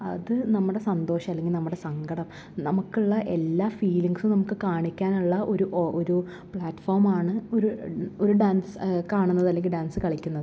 അത് നമ്മുടെ സന്തോഷം അല്ലെങ്കിൽ നമ്മുടെ സങ്കടം നമുക്കുള്ള എല്ലാ ഫിലിംഗ്സും നമുക്ക് കാണിക്കാനുള്ള ഒര് ഒരു പ്ലാറ്റ്ഫോമാണ് ഒര് ഒര് ഡാൻസ് കാണുന്നത് അല്ലെങ്കിൽ ഡാൻസ് കളിക്കുന്നത്